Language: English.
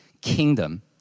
kingdom